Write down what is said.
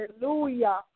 Hallelujah